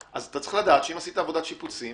אתה צריך לדעת שאם עשית עבודת שיפוצים